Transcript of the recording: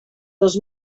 dos